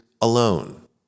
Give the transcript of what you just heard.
alone